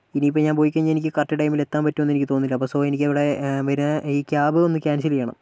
ഇനി ഇപ്പം ഞാൻ പോയിക്കഴിഞ്ഞാൽ എനിക്ക് കറക്ട് ടൈമിലെത്താൻ പറ്റുമെന്ന് എനിക്ക് തോന്നുന്നില്ല അപ്പോൾ സൊ എനിക്കവിടെ ഈ ക്യാബ് ഒന്ന് ക്യാൻസൽ ചെയ്യണം